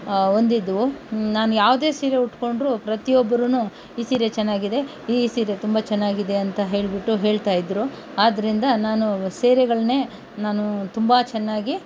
ಹೊಂದಿದ್ದವು ನಾನು ಯಾವುದೇ ಸೀರೆ ಉಟ್ಟುಕೊಂಡ್ರೂ ಪ್ರತಿಯೊಬ್ಬರೂ ಈ ಸೀರೆ ಚೆನ್ನಾಗಿದೆ ಈ ಸೀರೆ ತುಂಬ ಚೆನ್ನಾಗಿದೆ ಅಂತ ಹೇಳಿಬಿಟ್ಟು ಹೇಳ್ತಾಯಿದ್ರು ಇದ್ದರು ಆದ್ದರಿಂದ ನಾನು ಸೀರೆಗಳನ್ನೇ ನಾನು ತುಂಬ ಚೆನ್ನಾಗಿ